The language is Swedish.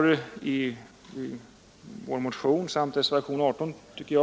Vi har i vår motion och i reservationen 18